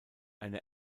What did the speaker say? eine